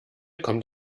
kommt